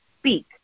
speak